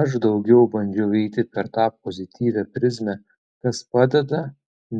aš daugiau bandžiau eiti per tą pozityvią prizmę kas padeda